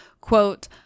Quote